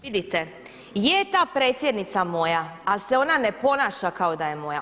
Vidite je ta predsjednica moja, ali se ona ne ponaša kao da je moja.